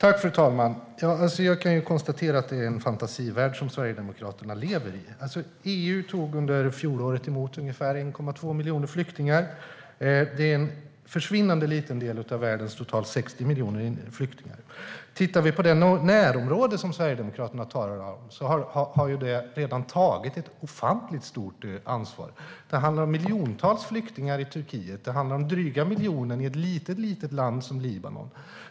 Fru talman! Jag kan konstatera att det är en fantasivärld som Sverigedemokraterna lever i. EU tog under fjolåret emot ungefär 1,2 miljoner flyktingar. Det är en försvinnande liten del av världens totalt 60 miljoner flyktingar. Om vi tittar på det närområde som Sverigedemokraterna talar om ser vi att det redan har tagit ett ofantligt stort ansvar. Det handlar om miljontals flyktingar i Turkiet. Det handlar om dryga miljonen i ett litet land som Libanon.